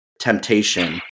temptation